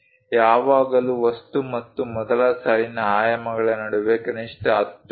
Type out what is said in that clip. ಯಾವಾಗಲೂ ವಸ್ತು ಮತ್ತು ಮೊದಲ ಸಾಲಿನ ಆಯಾಮಗಳ ನಡುವೆ ಕನಿಷ್ಠ 10 ಮಿ